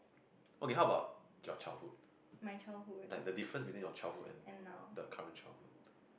my childhood and now